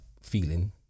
feeling